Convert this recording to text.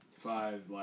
Five